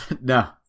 No